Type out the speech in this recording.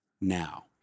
now